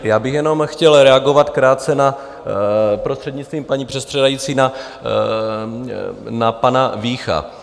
Já bych jenom chtěl reagovat krátce, prostřednictvím paní předsedající, na pana Vícha.